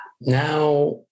Now